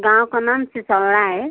गाँव का नाम सिसौरा है